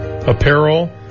Apparel